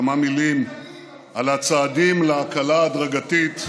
כמה מילים על הצעדים להקלה הדרגתית,